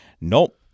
nope